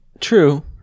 True